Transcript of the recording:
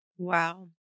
Wow